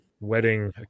wedding